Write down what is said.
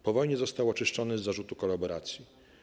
Po wojnie został oczyszczony z zarzutu kolaboracji.